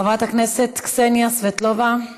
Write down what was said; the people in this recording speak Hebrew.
חברת הכנסת קסניה סבטלובה,